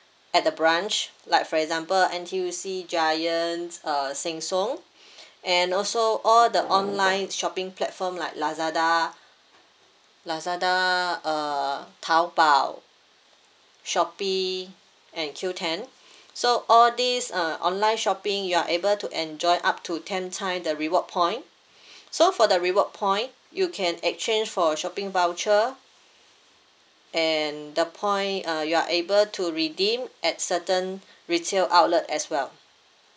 at the branch like for example N_T_U_C giants uh sheng siong and also all the online shopping platform like lazada lazada uh taobao shopee and Qoo10 so all these uh online shopping you are able to enjoy up to ten time the reward point so for the reward point you can exchange for a shopping voucher and the point uh you are able to redeem at certain retail outlet as well